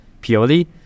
Purely